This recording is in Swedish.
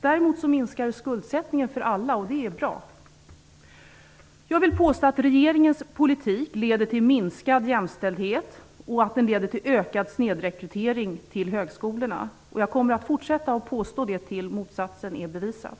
Däremot minskar det skuldsättningen för alla, och det är bra. Jag vill påstå att regeringens politik leder till minskad jämställdhet och till ökad snedrekrytering till högskolorna. Jag kommer att försätta att påstå det tills motsatsen är bevisad.